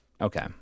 Okay